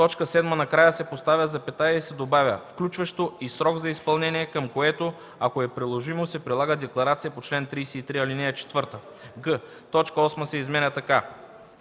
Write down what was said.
в т. 7 накрая се поставя запетая и се добавя „включващо и срок за изпълнение, към което, ако е приложимо, се прилага декларация по чл. 33, ал. 4”; г) точка 8 се изменя така: